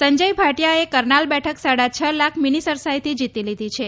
સંજય ભાટીયાએ કરનાલ બેઠક સાડા છ લાખ મીની સરસાઇથી જીતી લીધી છે